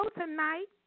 tonight